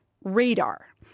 radar